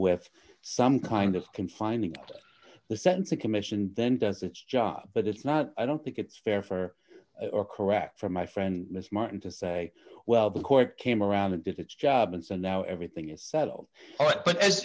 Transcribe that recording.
with some kind of confining the sense of commission and then does its job but it's not i don't think it's fair for or correct for my friend miss martin to say well the court came around and did its job and so now everything is settled but as